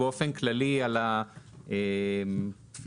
אלה תיקונים